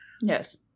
Yes